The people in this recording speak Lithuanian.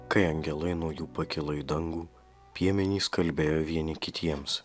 kai angelai nuo jų pakilo į dangų piemenys kalbėjo vieni kitiems